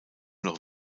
noch